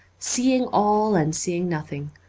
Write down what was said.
seeing all and seeing nothing,